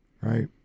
right